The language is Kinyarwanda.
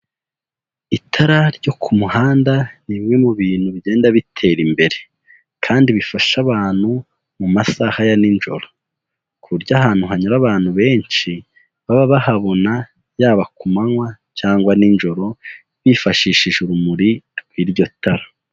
Itara ryo ku muhanda nimwe mu bintu bigenda bitera imbere kandi bifasha abantu mu masaha ya n'ijoro, ku buryo ahantu hanyura abantu benshi baba bahabona yaba ku manywa cyangwa n'ijoro bifashishije urumuri rw'iryo tara.